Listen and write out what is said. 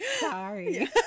Sorry